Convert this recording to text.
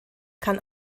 kann